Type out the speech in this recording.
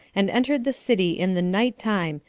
and entered the city in the night time,